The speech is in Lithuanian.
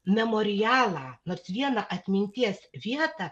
memorialą nors vieną atminties vietą